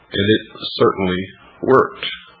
and it certainly worked,